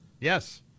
Yes